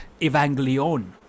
Evangelion